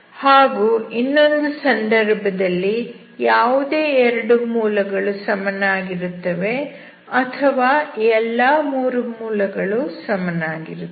ಹಾಗೂ ಇನ್ನೊಂದು ಸಂದರ್ಭದಲ್ಲಿ ಯಾವುದೇ 2 ಮೂಲಗಳು ಸಮನಾಗಿರುತ್ತವೆ ಅಥವಾ ಎಲ್ಲಾ 3 ಮೂಲಗಳು ಸಮನಾಗಿರುತ್ತವೆ